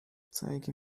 zeige